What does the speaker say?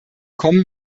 kommen